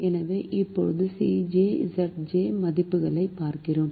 எனவே இப்போது Cj Zj மதிப்புகளைப் பார்க்கிறோம்